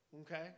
Okay